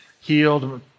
healed